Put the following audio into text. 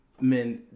men